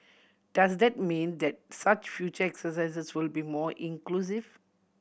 does that mean that such future exercises will be more inclusive